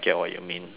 too